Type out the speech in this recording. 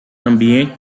ambiente